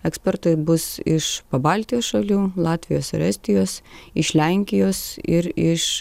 ekspertai bus iš pabaltijo šalių latvijos ir estijos iš lenkijos ir iš